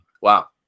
Wow